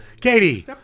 Katie